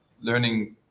learning